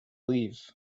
leave